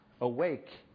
awake